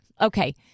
okay